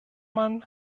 man